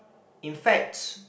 in fact